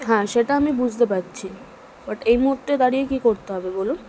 হ্যাঁ সেটা আমি বুঝতে পারছি বাট এই মুহূর্তে দাঁড়িয়ে কী করতে হবে বলুন